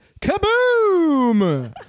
Kaboom